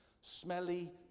Smelly